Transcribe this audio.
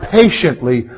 patiently